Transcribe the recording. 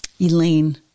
Elaine